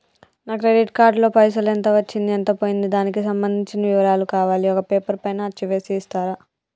నా credit card లో పైసలు ఎంత వచ్చింది ఎంత పోయింది దానికి సంబంధించిన వివరాలు కావాలి ఒక పేపర్ పైన అచ్చు చేసి ఇస్తరా?